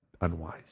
unwise